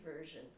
version